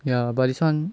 ya but this [one]